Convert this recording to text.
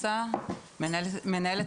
אני רוצה להזכיר את